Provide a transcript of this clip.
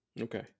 Okay